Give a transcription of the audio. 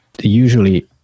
Usually